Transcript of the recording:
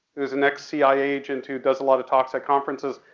who was an ex-cia agent who does a lot of talks at conferences.